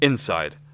Inside